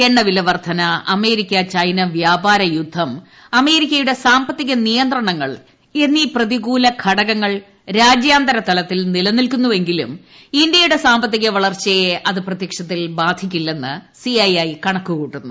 എണ്ണവില വർദ്ധന അമേരിക്ക വ്യാപാരയുദ്ധർ അമേരിക്കയുടെ സാമ്പത്തിക ചൈന നിയന്ത്രണങ്ങൾ എന്നീ പ്രതികൂല ഘടകങ്ങൾ രാജ്യാന്തര തലത്തിൽ നിലനിൽക്ക്ുന്നുവെങ്കിലും ഇന്ത്യയുടെ സാമ്പത്തിക വളർച്ചുയെ അത് പ്രത്യക്ഷത്തിൽ ബാധിക്കില്ലെന്ന് സിഐഐ കണക്ക് കൂട്ടുന്നു